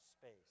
space